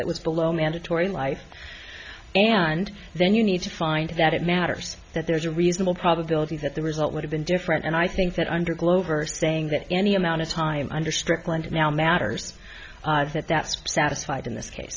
that was below mandatory life and then you need to find that it matters that there's a reasonable probability that the result would have been different and i think that under globe are saying that any amount of time under strickland now matters that that's satisfied in this case